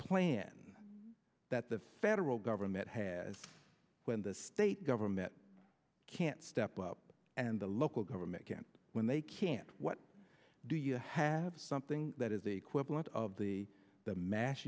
plan that the federal government has when the state government can't step up and the local government can't when they can't what do you have something that is the equivalent of the the mas